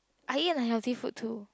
I eat unhealthy food too